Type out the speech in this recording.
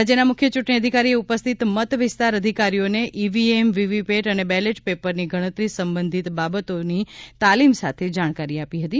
રાજ્યના મુખ્ય ચૂંટણી અધિકારીએ ઉપસ્થિત મત વિસ્તાર અધિકારીઓને ઈવીએમ વીવીપેટ અને બેલેટ પેપરની ગણતરી સંબંધિત બાબતોની તાલીમ સાથે જાણકારી આપી હતી